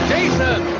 Jason